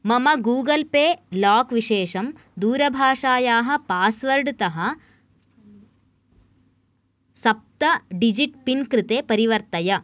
मम Google pay lock विशेषं दूरभाषायाः पास्वर्ड् तः सप्त ड्जिट् पिन् कृते परिवर्तय